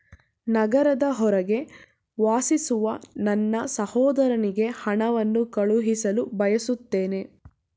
ನಗರದ ಹೊರಗೆ ವಾಸಿಸುವ ನನ್ನ ಸಹೋದರನಿಗೆ ಹಣವನ್ನು ಕಳುಹಿಸಲು ಬಯಸುತ್ತೇನೆ